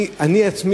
אני אישית,